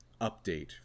update